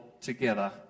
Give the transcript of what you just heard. together